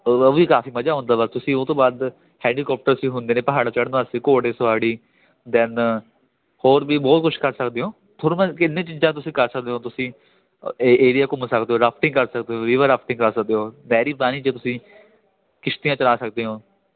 ਉਹ ਵੀ ਕਾਫੀ ਮਜਾ ਆਉਂਦਾ ਵਾ ਤੁਸੀਂ ਉਹ ਤੋਂ ਬਾਅਦ ਹੈਲੀਕਾਪਟਰ ਵੀ ਹੁੰਦੇ ਨੇ ਪਹਾੜ ਚੜਨ ਵਾਸਤੇ ਘੋੜੇ ਸਵਾਰੀ ਦੈਨ ਹੋਰ ਵੀ ਬਹੁਤ ਕੁਛ ਕਰ ਸਕਦੇ ਹੋ ਤੁਹਾਨੂੰ ਮੈਂ ਕਿੰਨੇ ਚੀਜ਼ਾਂ ਤੁਸੀਂ ਕਰ ਸਕਦੇ ਹੋ ਤੁਸੀਂ ਏ ਏਰੀਆ ਘੁੰਮ ਸਕਦੇ ਹੋ ਰਾਫਟਿੰਗ ਕਰ ਸਕਦੇ ਹੋ ਰੀਵਰ ਰਾਫਟਿੰਗ ਕਰ ਸਕਦੇ ਹੋ ਨਹਿਰੀ ਪਾਣੀ 'ਚ ਤੁਸੀਂ ਕਿਸ਼ਤੀਆਂ ਚਲਾ ਸਕਦੇ ਹੋ